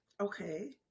Okay